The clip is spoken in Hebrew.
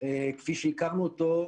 כפי שהכרנו אותו,